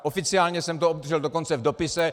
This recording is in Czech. Oficiálně jsem to obdržel dokonce v dopise.